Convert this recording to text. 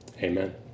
amen